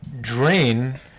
drain